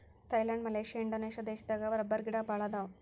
Thailand Malaysia Indonesia ದೇಶದಾಗ ರಬ್ಬರಗಿಡಾ ಬಾಳ ಅದಾವ